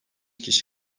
kişi